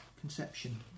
conception